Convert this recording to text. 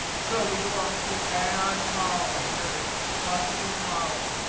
so we go up to add column. and there it is, custom column.